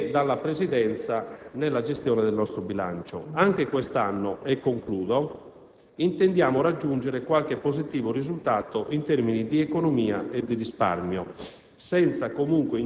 e dalla Presidenza nella gestione del nostro bilancio. Anche quest'anno, e concludo, intendiamo raggiungere qualche positivo risultato in termini di economia e di risparmio,